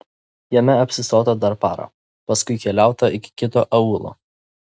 jame apsistota dar parą paskui keliauta iki kito aūlo